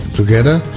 together